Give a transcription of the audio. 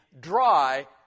dry